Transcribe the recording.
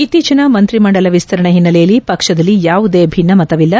ಇತ್ತೀಚಿನ ಮಂತ್ರಿ ಮಂಡಲ ವಿಸ್ತರಣೆ ಹಿನ್ನೆಲೆಯಲ್ಲಿ ಪಕ್ಕದಲ್ಲಿ ಯಾವುದೇ ಭಿನ್ನ ಮತವಿಲ್ಲ